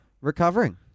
Recovering